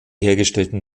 hergestellten